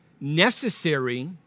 necessary